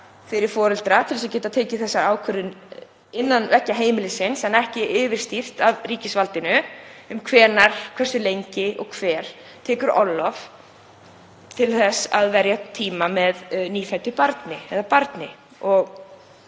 fyrir foreldra til að geta tekið þessa ákvörðun innan veggja heimilisins en ekki yfirstýrt af ríkisvaldinu um hvenær, hversu lengi og hver tekur orlof til þess að verja tíma sínum með nýfæddu barni. En